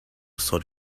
sort